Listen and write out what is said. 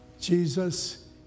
Jesus